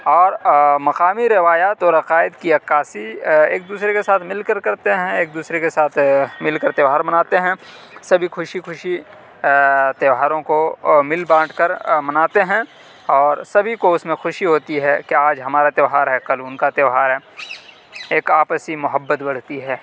اور مقامی روایات اور عقائد كی عكاسی ایک دوسرے کے ساتھ مل کر کرتے ہیں ایک دوسرے کے ساتھ مل کر تہوار مناتے ہیں سبھی خوشی خوشی تہواروں کو مل بانٹ کر مناتے ہیں اور سبھی کو اس میں خوشی ہوتی ہے کہ آج ہمارا تہوار ہے کل ان کا تہوار ہے ایک آپسی محبت بڑھتی ہے